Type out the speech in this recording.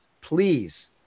please